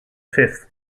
fifth